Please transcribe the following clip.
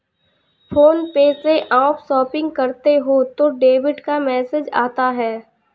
phone पे से आप शॉपिंग करते हो तो डेबिट का मैसेज आता है